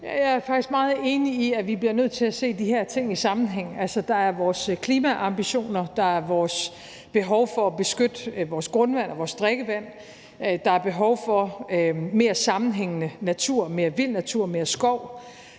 Jeg er faktisk meget enig i, at vi bliver nødt til at se de her ting i sammenhæng. Altså, der er vores klimaambitioner, der er vores behov for at beskytte vores grundvand og vores drikkevand, og der er behov for mere sammenhængende natur, mere vild natur og mere skov.